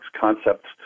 concepts